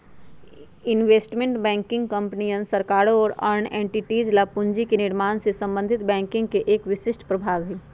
investment banking कंपनियन, सरकारों और अन्य एंटिटीज ला पूंजी के निर्माण से संबंधित बैंकिंग के एक विशिष्ट प्रभाग हई